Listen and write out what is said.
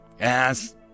Yes